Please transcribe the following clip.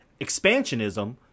expansionism